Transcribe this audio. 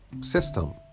system